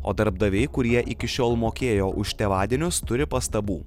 o darbdaviai kurie iki šiol mokėjo už tėvadinius turi pastabų